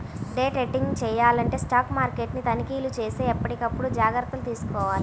day trading చెయ్యాలంటే stock మార్కెట్ని తనిఖీచేసి ఎప్పటికప్పుడు జాగర్తలు తీసుకోవాలి